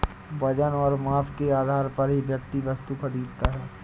वजन और माप के आधार पर ही व्यक्ति वस्तु खरीदता है